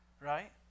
right